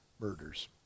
murders